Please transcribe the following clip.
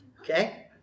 Okay